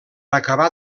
acabar